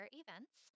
events